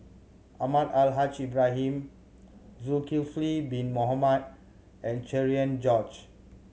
Almahdi Al Haj Ibrahim Zulkifli Bin Mohamed and Cherian George